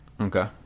Okay